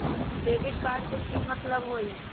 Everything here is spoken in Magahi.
डेबिट कार्ड के मतलब कथी होई?